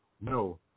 no